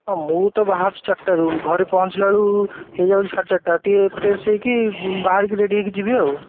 ହଁ ମୁଁ ତ ବାହାରୁଛି ଚାରିଟାରୁ ଘରେ ପହଁଞ୍ଚିଲାବେଳକୁ ହେଇଯାଉଛି ସାଢ଼େ ଚାରିଟା ଟିକିଏ ଫ୍ରେସ୍ ହେଇକି ବାହାରିକି ରେଡ଼ି ହେଇକି ଯିବି ଆଉ